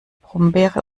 brombeere